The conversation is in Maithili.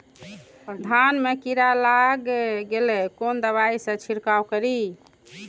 धान में कीरा लाग गेलेय कोन दवाई से छीरकाउ करी?